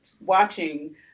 watching